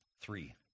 Three